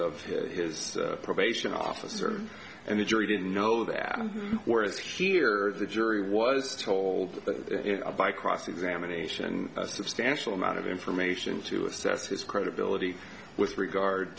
of his probation officer and the jury didn't know that whereas here the jury was told but by cross examination and a substantial amount of information to assess his credibility with regard